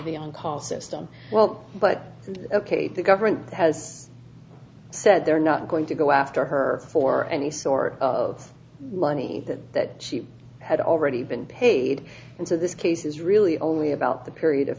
the on call system well but ok the government has said they're not going to go after her for any sort of money that she had already been paid and so this case is really only about the period of